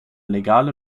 legale